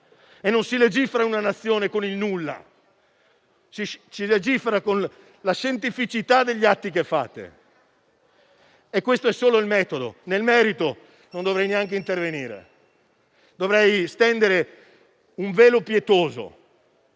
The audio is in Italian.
e non si legifera in una Nazione con il nulla, ma con la scientificità degli atti. Ciò vale solo per il metodo. Nel merito non dovrei neanche intervenire. Dovrei stendere un velo pietoso.